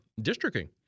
districting